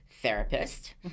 Therapist